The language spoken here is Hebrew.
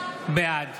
בעד